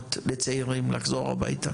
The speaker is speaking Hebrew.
שגורמות לצעירים לחזור הביתה.